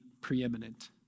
preeminent